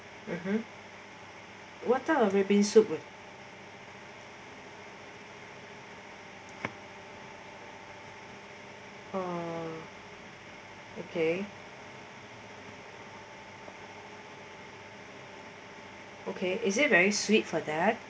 mmhmm what type of red bean soup with okay okay is it very sweet for that